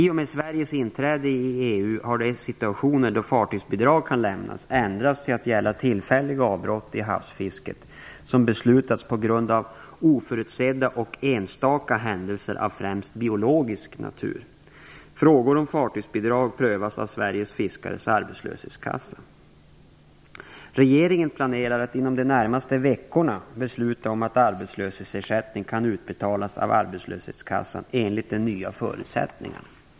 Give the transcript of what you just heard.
I och med Sveriges inträde i EU har de situationer då fartygsbidrag kan lämnas ändrats till att gälla tillfälliga avbrott i havsfisket som beslutats på grund av oförutsedda och enstaka händelser av främst biologisk natur. Frågor om fartygsbidrag prövas av Sveriges fiskares arbetslöshetskassa. Regeringen planerar att inom de närmaste veckorna besluta om att arbetslöshetsersättning kan utbetalas av arbetslöshetskassan enligt de nya förutsättningarna.